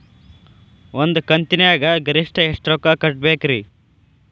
ಒಂದ್ ಕಂತಿನ್ಯಾಗ ಗರಿಷ್ಠ ಎಷ್ಟ ರೊಕ್ಕ ಕಟ್ಟಬೇಕ್ರಿ?